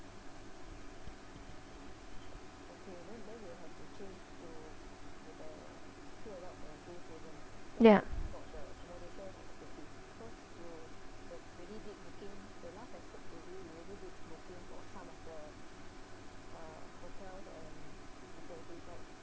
ya